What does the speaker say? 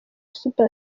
super